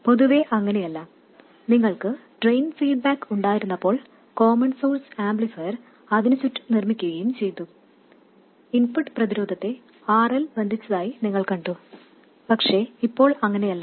പൊതുവെ അങ്ങനെയല്ല നിങ്ങൾക്ക് ഡ്രെയിൻ ഫീഡ്ബാക്ക് ഉണ്ടായിരുന്നപ്പോൾ കോമൺ സോഴ്സ് ആംപ്ലിഫയർ അതിനു ചുറ്റും നിർമ്മിക്കുകയും ചെയ്തു ഇൻപുട്ട് പ്രതിരോധത്തെ RL ബാധിച്ചതായി നിങ്ങൾ കണ്ടു പക്ഷേ ഇപ്പോൾ അങ്ങനെയല്ല